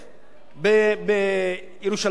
בירושלים, כאמור, 10,000 דירות.